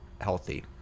healthy